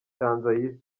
cyanzayire